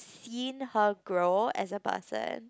seen her grow as a person